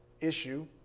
issue